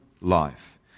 life